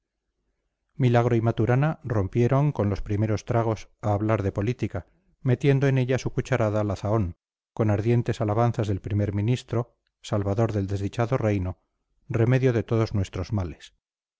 milagro y maturana rompieron con los primeros tragos a hablar de política metiendo en ella su cucharada la zahón con ardientes alabanzas del primer ministro salvador del desdichado reino remedio de todos nuestros males